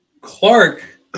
Clark